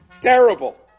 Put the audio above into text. terrible